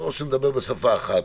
או שנדבר בשפה אחת,